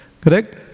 correct